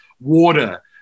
water